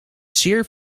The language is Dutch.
zeer